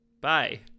bye